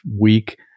week